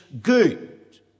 good